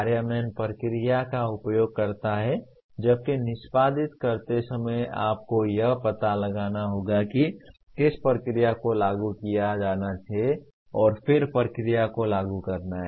कार्यान्वयन प्रक्रिया का उपयोग करता है जबकि निष्पादित करते समय आपको यह पता लगाना होगा कि किस प्रक्रिया को लागू किया जाना है और फिर प्रक्रिया को लागू करना है